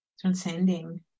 transcending